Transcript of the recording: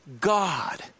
God